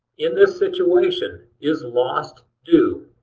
in this situation, is lost due?